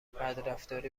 بدرفتاری